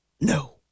No